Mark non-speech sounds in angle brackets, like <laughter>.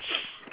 <noise>